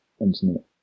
internet